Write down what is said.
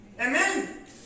Amen